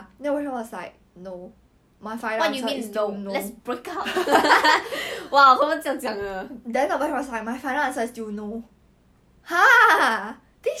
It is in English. no the 很瘦的在 err lester clique that 那个 ya ya then after that in sec two right I was talking to him about some history shit